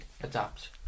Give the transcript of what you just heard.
adapt